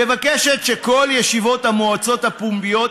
מבקשת שכל ישיבות המועצות הפומביות